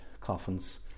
coffins